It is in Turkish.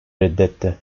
reddetti